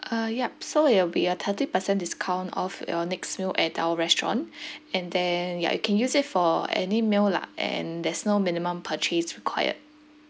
uh yup so it'll be a thirty percent discount off your next meal at our restaurant and then ya you can use it for any meal lah and there's no minimum purchase required